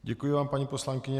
Děkuji vám, paní poslankyně.